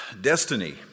Destiny